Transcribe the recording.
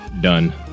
done